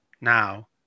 now